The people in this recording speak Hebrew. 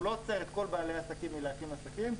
הוא לא עוצר את כל בעלי העסקים מהקמת עסקים,